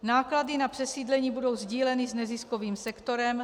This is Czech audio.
Náklady na přesídlení budou sdíleny s neziskovým sektorem.